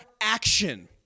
action